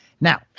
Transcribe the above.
Now